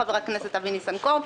חבר הכנסת אבי ניסנקורן.